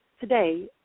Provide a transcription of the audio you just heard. today